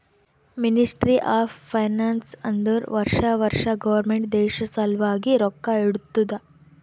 ministry of finance ಅಂದುರ್ ವರ್ಷಾ ವರ್ಷಾ ಗೌರ್ಮೆಂಟ್ ದೇಶ ಸಲ್ವಾಗಿ ರೊಕ್ಕಾ ಇಡ್ತುದ